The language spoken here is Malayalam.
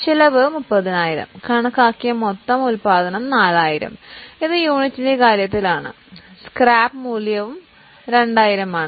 ചെലവ് 30000 കണക്കാക്കിയ മൊത്തം ഉത്പാദനം 4000 ഇത് യൂണിറ്റിന്റെ കാര്യത്തിലാണ് സ്ക്രാപ്പ് മൂല്യം 2000 ആണ്